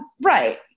Right